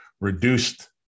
reduced